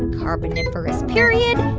carboniferous period.